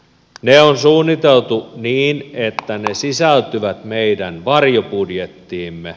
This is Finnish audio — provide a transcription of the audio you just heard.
ne on suunniteltu niin että ne sisältyvät meidän varjobudjettiimme